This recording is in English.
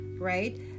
Right